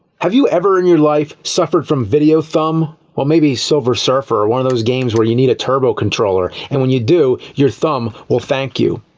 have you ever, in your life, suffered from video-thumb? well, maybe silver surfer one of those games where you need a turbo controller, and when you do, your thumb will thank you.